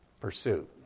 pursuit